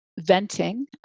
venting